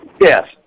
Yes